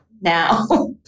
now